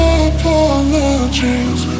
apologies